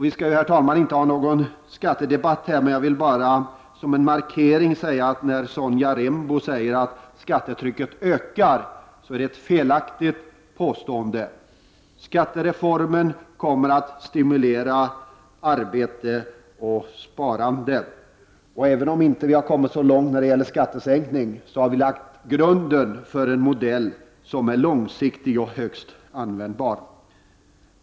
Vi skall inte, herr talman, ha någon skattedebatt här, men jag vill bara som en markering säga att när Sonja Rembo påstår att skattetrycket ökar är det felaktigt. Skattereformen kommer att stimulera arbete och sparande. Även om vi inte har kommit så långt när det gäller skattesänkningar, har vi lagt grunden för en modell som är långsiktig och högst användbar.